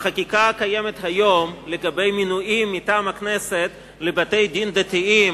בחקיקה הקיימת היום לגבי מינויים מטעם הכנסת לבתי-דין דתיים,